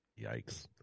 yikes